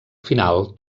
final